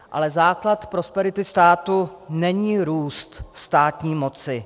Ale základ prosperity státu není růst státní moci.